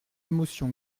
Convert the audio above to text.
émotion